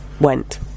went